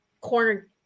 corner